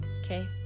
Okay